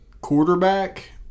quarterback